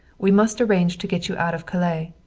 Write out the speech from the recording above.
we must arrange to get you out of calais.